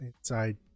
inside